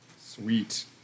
Sweet